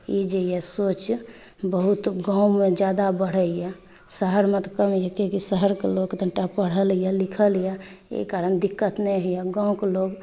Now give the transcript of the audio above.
ई जे अइ सोच बहुत गाँवमे ज्यादा बढ़ैए शहरमे तऽ कम अइ कियाकि शहरके लोक कनिटा पढ़ल अइ लिखल अइ एहि कारण दिक्कत नहि होइए गाँवके लोक